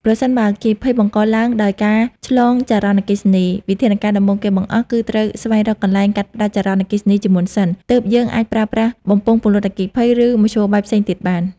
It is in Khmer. ប្រសិនបើអគ្គីភ័យបង្កឡើងដោយការឆ្លងចរន្តអគ្គិសនី វិធានការដំបូងគេបង្អស់គឺត្រូវស្វែងរកកន្លែងកាត់ផ្ដាច់ចរន្តអគ្គិសនីជាមុនសិន ទើបយើងអាចប្រើប្រាស់បំពង់ពន្លត់អគ្គីភ័យ ឬមធ្យោបាយផ្សេងទៀតបាន។